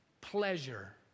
pleasure